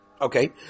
Okay